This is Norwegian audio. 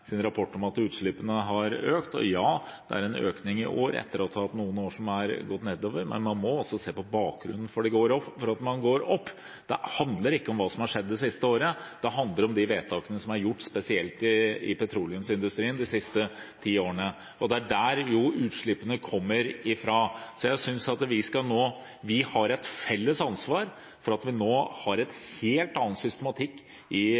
en økning i år etter at vi har hatt noen år hvor det har gått nedover. Men man må også se på bakgrunnen for at det går opp. Det handler ikke om hva som har skjedd det siste året. Det handler om de vedtakene som er gjort, spesielt i petroleumsindustrien de siste ti årene. Det er jo der utslippene kommer fra. Jeg synes at vi har et felles ansvar for at vi nå har en helt annen systematikk i